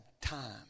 time